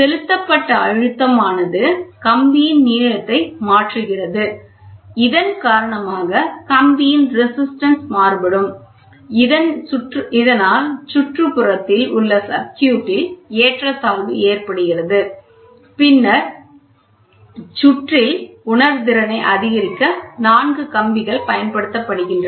செலுத்தப்பட்ட அழுத்தம் ஆனது கம்பியின் நீளத்தை மாற்றுகிறது இதன் காரணமாக கம்பியின் ரெசிஸ்டன்ஸ் மாறுபடும் இதன் சுற்றுப்புறத்தில் பாலத்தில் ஏற்றத்தாழ்வு ஏற்படுகிறது பின்னர் பாலத்தின் உணர்திறனை அதிகரிக்க நான்கு கம்பிகள் பயன்படுத்தப்படுகின்றன